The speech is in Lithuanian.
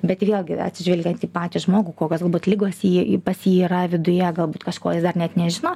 bet vėlgi atsižvelgiant į patį žmogų kokios galbūt ligos jį pas jį yra viduje galbūt kažko jis dar net nežino